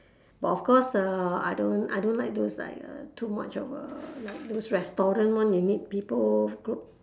but of course uh I don't I don't like those like uh too much of uh like those restaurant [one] you need people group